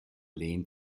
lehnt